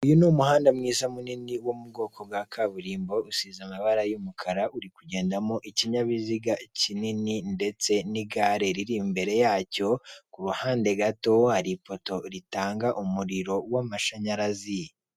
Uyu ni umuhanda mwiza munini wo mu bwoko bw'akaburimbo usize amabara y'umukara urikugendamo ikinyabiziga kinini ndetse n'igare riri imbere yacyo, ku ruhande gato hari ipoto ritanga umuriro w'amashanyarazi.